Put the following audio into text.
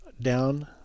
down